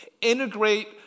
integrate